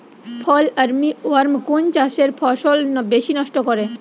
ফল armyworm কোন চাষের ফসল বেশি নষ্ট করে?